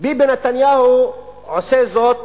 ביבי נתניהו עושה זאת